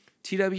tw